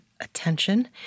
attention